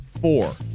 four